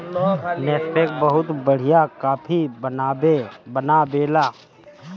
Nescafe बहुते बढ़िया coffee बनावेला